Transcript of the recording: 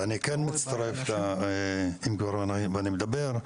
אני כן מצטרף אם כבר אני מדבר,